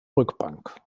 rückbank